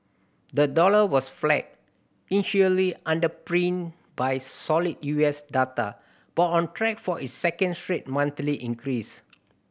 the dollar was flat initially underpinned by solid U S data but on track for its second straight monthly increase